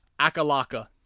Akalaka